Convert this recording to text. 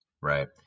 right